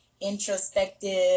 introspective